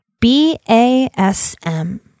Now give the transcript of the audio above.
B-A-S-M